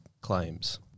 claims